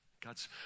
God's